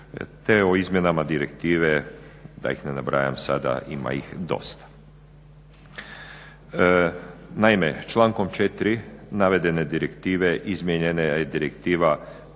te o izmjenama direktive, da ih ne nabrajam sada, ima ih dosta. Naime, člankom 4. navedene direktive izmijenjena je Direktiva